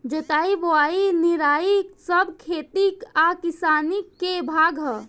जोताई बोआई निराई सब खेती आ किसानी के भाग हा